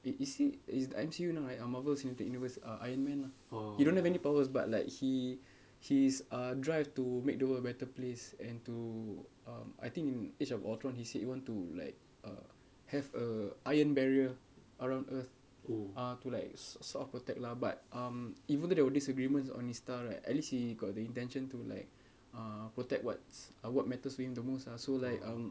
wait is he is M_C_U not right ah Marvel cinematic universe ah iron man ah he don't have any powers but like he he's uh drive to make the world a better place and too um I think in age of ultron he said he want to like uh have a iron barrier around earth uh to like s~ sort of protect lah but um even though there were disagreements on his style right at least he got the intention to like uh protect what's what matters to him the most ah so like um